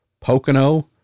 Pocono